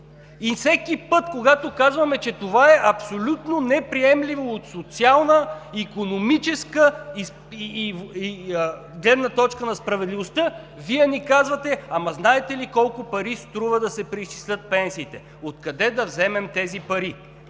Всеки път, когато казваме, че това е абсолютно неприемливо от социална, от икономическа и от гледна точка на справедливостта, Вие ни казвате: „Ама знаете ли колко пари струва да се преизчислят пенсиите? Откъде да вземем тези пари?“